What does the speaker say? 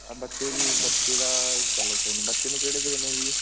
ਆਹ ਬੱਚੇ ਦੀ ਬੱਚੇ ਦਾ ਚਲੋ ਕੋਈ ਨਹੀਂ ਬੱਚੇ ਨੂੰ ਕਿਹੜੇ ਦੇਣੇ ਜੀ